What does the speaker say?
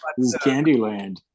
candyland